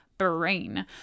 brain